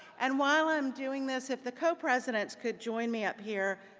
and while i'm doing this, if the co-presidents could join me up here,